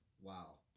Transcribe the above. Wow